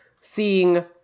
seeing